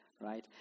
Right